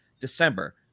December